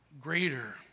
greater